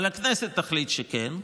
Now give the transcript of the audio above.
אבל הכנסת תחליט שכן,